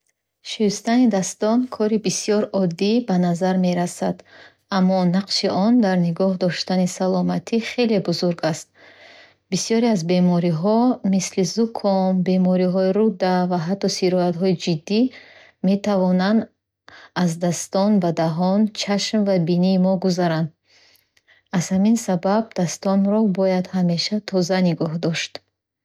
Шустани дастон кори бисёр оддӣ ба назар мерасад, аммо нақши он дар нигоҳ доштани саломатӣ хеле бузург аст. Бисёре аз бемориҳо, мисли зуком, бемориҳои рӯда ва ҳатто сироятҳои ҷиддӣ, метавонанд аз дастон ба даҳон, чашм ва бинии мо гузаранд. Аз ҳамин сабаб, дастонро бояд ҳамеша тоза нигоҳ дошт.